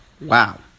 Wow